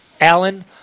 Alan